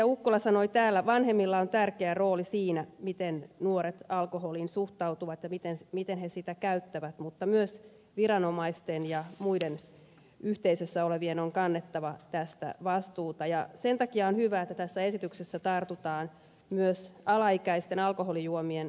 ukkola sanoi täällä vanhemmilla on tärkeä rooli siinä miten nuoret alkoholiin suhtautuvat ja miten he sitä käyttävät mutta myös viranomaisten ja muiden yhteisössä ole vien on kannettava tästä vastuuta ja sen takia on hyvä että tässä esityksessä tartutaan myös alaikäisten alkoholijuomien hallussapitoon